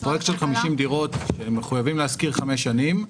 בפרויקט של 50 דירות מחויבים להשכיר חמש שנים.